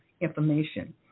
information